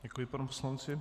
Děkuji panu poslanci.